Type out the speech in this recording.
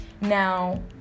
Now